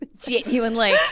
Genuinely